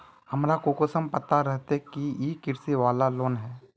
हमरा कुंसम पता रहते की इ कृषि वाला लोन है?